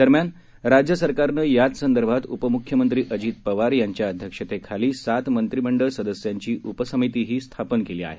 दरम्यान राज्य सरकारन याच संदर्भात उपमुख्यमंत्री अजित पवार यांच्या अध्यक्षतेखाली सात मंत्रिमंडळ सदस्यांची उपसमितीही स्थापन केली आहे